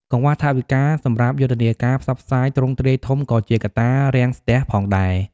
កង្វះថវិកាសម្រាប់យុទ្ធនាការផ្សព្វផ្សាយទ្រង់ទ្រាយធំក៏ជាកត្តារាំងស្ទះផងដែរ។